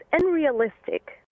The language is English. unrealistic